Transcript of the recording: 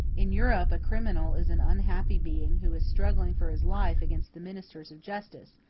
in europe a criminal is an unhappy being who is struggling for his life against the ministers of justice,